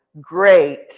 great